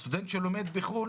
סטודנט שלומד בחו"ל